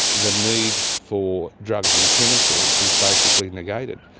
the need for drugs and chemicals is basically negated.